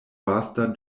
vasta